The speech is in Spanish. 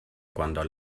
cuando